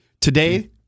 Today